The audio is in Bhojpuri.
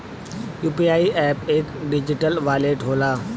यू.पी.आई एप एक डिजिटल वॉलेट होला